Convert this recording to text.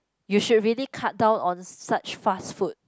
you should really cut down on such fast food